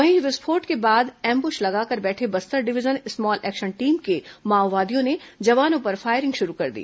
वहीं विस्फोट के बाद एंबुल लगाकर बैठे Bastar division small action team के माओवादियों ने जवानों पर फायरिंग शुरू कर दी